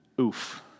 Oof